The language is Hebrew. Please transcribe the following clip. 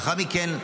לאחר מכן,